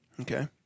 Okay